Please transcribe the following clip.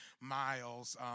miles